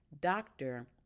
doctor